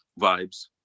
vibes